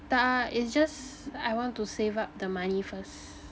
tak it's just I want to save up the money first